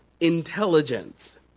intelligence